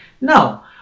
No